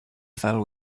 fell